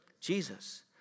Jesus